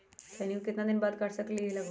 खैनी को कितना दिन बाद काट सकलिये है लगभग?